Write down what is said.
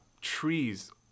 trees